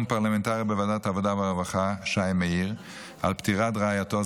פרלמנטרי בוועדת העבודה והרווחה שי מאיר על פטירת רעייתו,